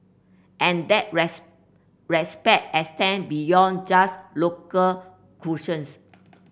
and that rest respect extend beyond just local cuisines